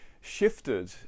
shifted